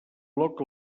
bloc